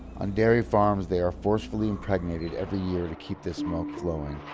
on dairy farms, they are forcefully impregnated every year to keep this milk flowing,